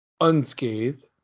unscathed